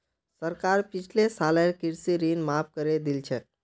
सरकार पिछले सालेर कृषि ऋण माफ़ करे दिल छेक